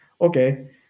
Okay